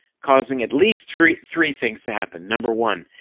causing at least three three things to happen. number one,